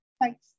Thanks